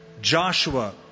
Joshua